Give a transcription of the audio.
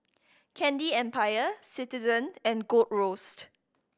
Candy Empire Citizen and Gold Roast